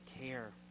care